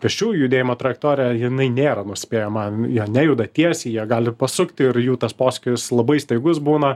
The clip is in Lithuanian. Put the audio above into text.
pėsčiųjų judėjimo trajektorija jinai nėra nuspėjama jie nejuda tiesiai jie gali pasukti ir jų tas posūkis labai staigus būna